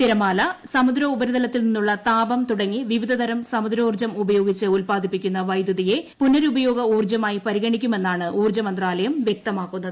തിരമാല സമുദ്രോപരിതലത്തിൽ നിന്നുള്ള താപം തുടങ്ങി വിവിധതരം സമുദ്രോർജ്ജം ഉപയോഗിച്ച് ഉൽപാദിപ്പിക്കുന്ന വൈദ്യുതിയെ പുനരൂപയോഗ ഊർജ്ജമായി പരിഗണിക്കുമെന്നാണ് ഊർജ്ജ മന്ത്രാലയം വ്യക്തമാക്കുന്നത്